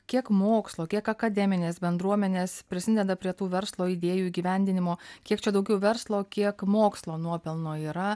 kiek mokslo kiek akademinės bendruomenės prisideda prie tų verslo idėjų įgyvendinimo kiek čia daugiau verslo kiek mokslo nuopelno yra